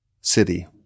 city